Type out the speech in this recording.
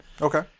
Okay